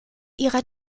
ihrer